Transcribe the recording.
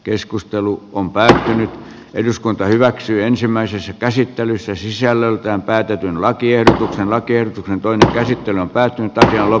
keskustelu on päättänyt eduskunta hyväksyi ensimmäisessä käsittelyssä sisällöltään päätetyn lakiehdotuksen lakiehdotuksen toinen käsittely on päättynyt tasan kello